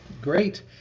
great